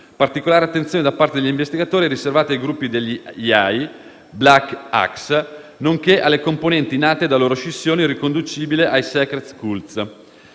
Particolare attenzione, da parte degli investigatori, è riservata ai gruppi degli Eiye e dei Black Axe, nonché alle componenti nate da loro scissioni, riconducibili ai Secret Cults,